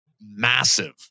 massive